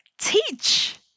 teach